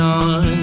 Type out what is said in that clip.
on